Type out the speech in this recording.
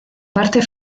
parte